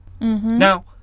Now